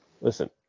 listen